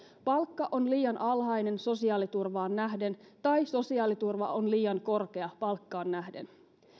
palkka on liian alhainen sosiaaliturvaan nähden tai sosiaaliturva on liian korkea palkkaan nähden